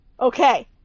Okay